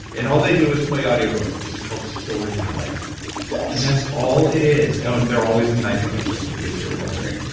and all they do is play audiobooks which is called storytelling yes and that's all it is. and they're always in night mode, just in case you were wondering.